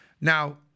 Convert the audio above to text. Now